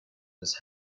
this